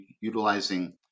utilizing